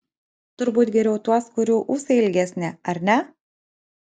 turbūt geriau tuos kurių ūsai ilgesni ar ne